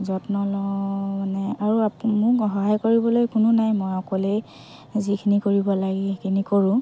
যত্ন লওঁ মানে আৰু মোক সহায় কৰিবলৈ কোনো নাই মই অকলেই যিখিনি কৰিব লাগে সেইখিনি কৰোঁ